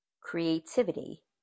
creativity